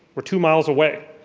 we're two miles away.